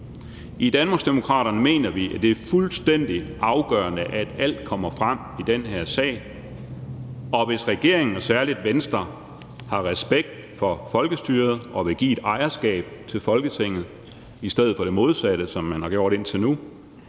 I Danmarksdemokraterne mener vi, at det er fuldstændig afgørende, at alt kommer frem i den her sag, og hvis regeringen og særlig Venstre har respekt for folkestyret og vil give et ejerskab til Folketinget i stedet for det modsatte, som man har gjort indtil nu,